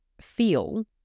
feel